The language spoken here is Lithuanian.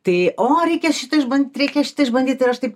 tai o reikia šitą išbandyt reikia išbandyt ir aš taip